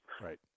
Right